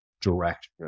direction